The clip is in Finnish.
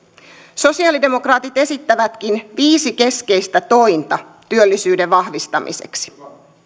sosialidemokraatit esittävätkin viisi keskeistä tointa työllisyyden vahvistamiseksi